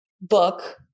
book